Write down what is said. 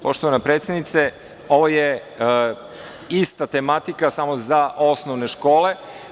Poštovana predsednice, ovo je ista tematika samo za osnovne škole.